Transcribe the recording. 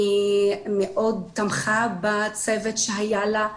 היא מאוד תמכה בצוות שהיה לה.